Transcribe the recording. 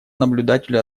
наблюдателю